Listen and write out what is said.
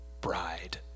bride